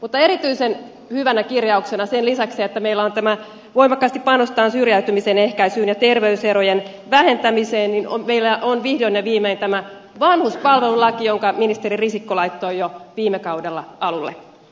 mutta erityisen hyvänä kirjauksena sen lisäksi että meillä voimakkaasti panostetaan syrjäytymisen ehkäisyyn ja terveyserojen vähentämiseen meillä on vihdoin ja viimein tämä vanhuspalvelulaki jonka ministeri risikko laittoi jo viime kaudella alulle